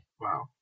Wow